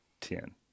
Ten